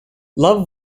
love